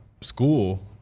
school